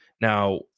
Now